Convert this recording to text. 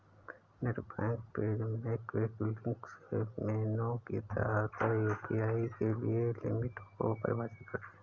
net bank page में quick links menu के तहत यू.पी.आई के लिए लिमिट को परिभाषित करें